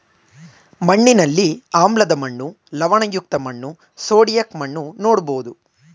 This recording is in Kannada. ಮಣ್ಣಿನಲ್ಲಿ ಆಮ್ಲದ ಮಣ್ಣು, ಲವಣಯುಕ್ತ ಮಣ್ಣು, ಸೋಡಿಕ್ ಮಣ್ಣು ನೋಡ್ಬೋದು